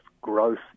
growth